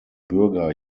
bürger